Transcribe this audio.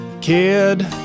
kid